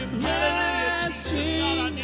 blessing